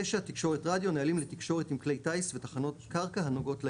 תקשורת רדיו - נהלים לתקשורת עם כלי הטיס ותחנות קרקע הנוגעות לעניין."